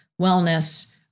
wellness